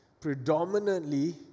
predominantly